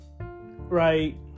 Right